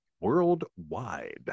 worldwide